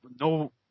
no